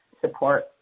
support